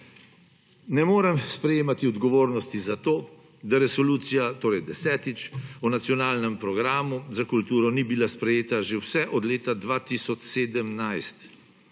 Ne morem sprejemati odgovornosti za to, da Resolucija o nacionalnem programu za kulturo ni bila sprejeta že vse od leta 2017.